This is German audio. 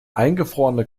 eingefrorene